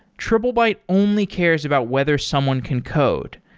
triplebyte only cares about whether someone can code.